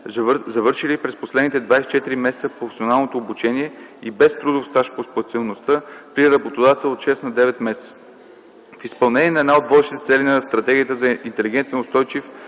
завършили през последните 24 месеца професионално обучение и без трудов стаж по специалността, при работодател от 6 на 9 месеца. В изпълнение на една от водещите цели на Стратегията за интелигентен, устойчив